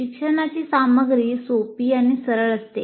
शिकण्याची सामग्री सोपी आणि सरळ असते